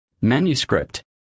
Manuscript